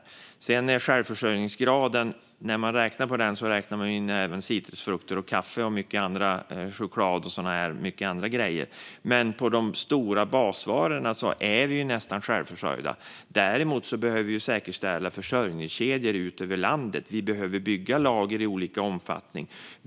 När man räknar självförsörjningsgraden räknar man in även citrusfrukter, kaffe, choklad och många andra grejer, men på de stora basvarorna är vi nästan självförsörjande. Däremot behöver vi säkerställa försörjningskedjor ut över landet. Vi behöver bygga lager i olika omfattning.